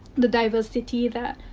the diversity that.